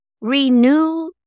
renew